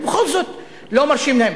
ובכל זאת לא מרשים להם.